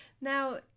Now